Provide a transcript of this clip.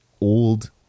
old